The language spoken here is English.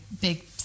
big